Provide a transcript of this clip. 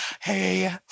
hey